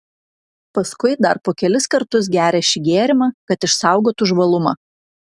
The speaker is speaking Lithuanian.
paskui dar po kelis kartus gerią šį gėrimą kad išsaugotų žvalumą